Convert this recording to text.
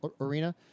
arena